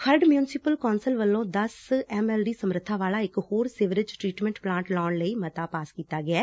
Kharar municipal council ਵੱਲੋਂ ਦੱਸ M L D ਸਮੱਰਥਾ ਵਾਲਾ ਇਕ ਹੋਰ ਸੀਵਰੇਜ ਟਰੀਟਮੈਂਟ ਪਲਾਂਟ ਲਾਉਣ ਲਈ ਮੱਤਾ ਪਾਸ ਕੀਤਾ ਗਿਐ